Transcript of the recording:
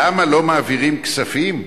למה לא מעבירים כספים?